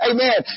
Amen